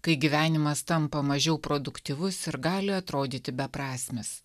kai gyvenimas tampa mažiau produktyvus ir gali atrodyti beprasmis